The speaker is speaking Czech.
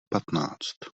patnáct